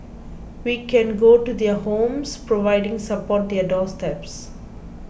we can go to their homes providing support their doorsteps